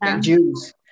Jews